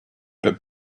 but